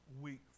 week